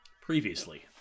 Previously